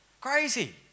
Crazy